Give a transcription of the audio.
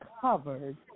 covered